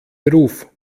beruf